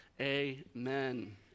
Amen